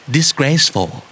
Disgraceful